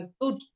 good